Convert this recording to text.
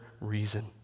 reason